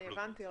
אני הבנתי.